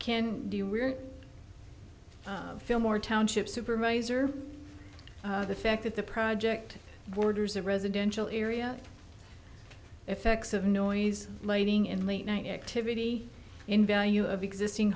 vols fillmore township supervisor the fact that the project borders a residential area effects of noise lighting in late night activity in value of existing